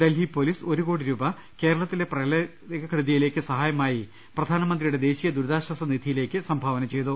Delhi police ഒരുകോടി രൂപ കേരളത്തിലെ പ്രളയക്കെടുതിയിലേക്ക് സഹായമായി പ്രധാനമന്ത്രിയുടെ ദേശീയ ദുരിതാശ്വാസനിധിയിലേക്ക് സംഭാവന ചെയ്തു